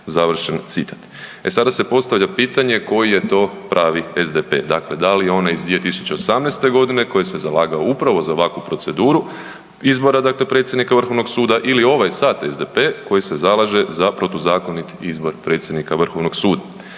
Završen citat. E sada se postavlja pitanje koji je to pravi SDP, dakle da li je onaj iz 2018.g. koji se zalagao upravo za ovakvu proceduru izbora dakle predsjednika vrhovnog suda ili ovaj sad SDP koji se zalaže za protuzakonit izbor predsjednika vrhovnog suda?